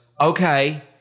Okay